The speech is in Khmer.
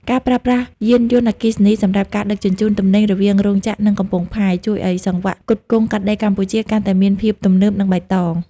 ការប្រើប្រាស់យានយន្តអគ្គិសនីសម្រាប់ការដឹកជញ្ជូនទំនិញរវាងរោងចក្រ និងកំពង់ផែ ជួយឱ្យសង្វាក់ផ្គត់ផ្គង់កាត់ដេរកម្ពុជាកាន់តែមានភាពទំនើប និងបៃតង។